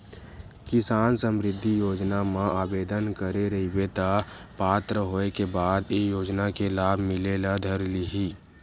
किसान समरिद्धि योजना म आबेदन करे रहिबे त पात्र होए के बाद ए योजना के लाभ मिले ल धर लिही